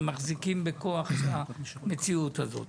ומחזיקים בכוח את המציאות הזאת.